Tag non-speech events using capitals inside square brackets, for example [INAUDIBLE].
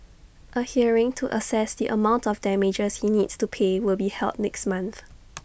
A hearing to assess the amount of damages he needs to pay will be held next month [NOISE]